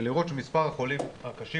ולראות שמס' החולים הקשים,